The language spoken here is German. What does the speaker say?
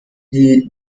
die